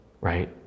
right